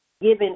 given